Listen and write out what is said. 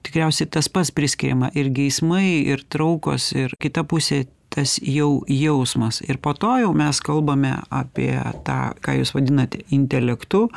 tikriausiai tas pats priskiriama ir geismai ir traukos ir kita pusė tas jau jausmas ir po to jau mes kalbame apie tą ką jūs vadinate intelektu